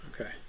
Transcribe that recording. Okay